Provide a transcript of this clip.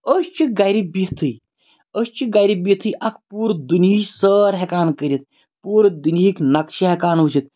أسۍ چھِ گَرِ بِہتھٕے أسۍ چھِ گَرِ بِہتھٕے اَکھ پوٗرٕ دُنہِچ سٲر ہیٚکان کٔرِتھ پوٗرٕ دُنہِکۍ نقشہِ ہیٚکان وٕچھِتھ